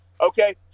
Okay